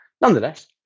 Nonetheless